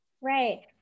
Right